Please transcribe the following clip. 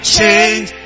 change